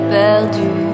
perdu